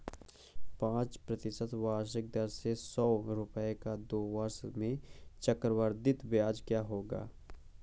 पाँच प्रतिशत वार्षिक दर से सौ रुपये का दो वर्षों में चक्रवृद्धि ब्याज क्या होगा?